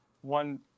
one